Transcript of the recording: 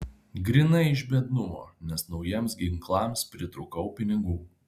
grynai iš biednumo nes naujiems ginklams pritrūkau pinigų